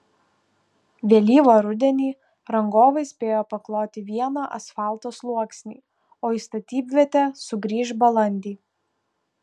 vėlyvą rudenį rangovai spėjo pakloti vieną asfalto sluoksnį o į statybvietę sugrįš balandį